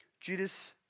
Judas